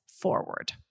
forward